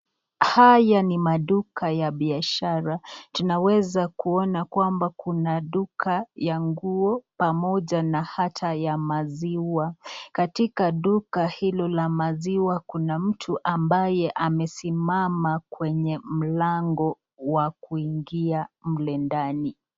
Haya ni maduka ya biashara, tunaweza kuona kwamba kuna duka ya nguo pamoja na hata ya maziwa. Katika duka hilo la maziwa kuna mtu ambaye amesimama kwenye mlango wa kuingia mle ndani.